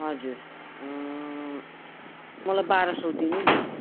हजुर मलाई बाह्र सस दिनु न